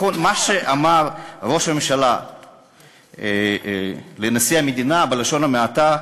מה שאמר ראש הממשלה לנשיא המדינה, בלשון המעטה,